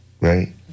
right